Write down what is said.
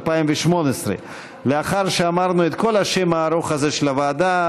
התשע"ח 2018. לאחר שאמרנו את כל השם הארוך הזה של הוועדה,